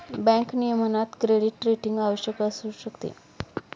bank नियमनात credit rating आवश्यक असू शकते